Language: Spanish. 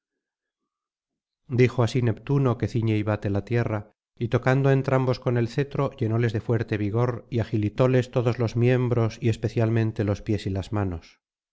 dijo así neptuno que ciñe y bate la tierra y tocando á entrambos con el cetro llenóles de fuerte vigor y agilitóles todos los miembros y especialmente los pies y las manos